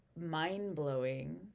mind-blowing